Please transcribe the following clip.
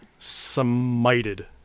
smited